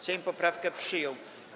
Sejm poprawkę przyjął.